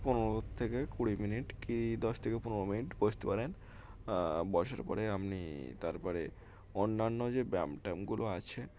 পনেরো থেকে কুড়ি মিনিট কি দশ থেকে পনেরো মিনিট বসতে পারেন বসার পরে আপনি তারপরে অন্যান্য যে ব্যায়াম ট্যায়ামগুলো আছে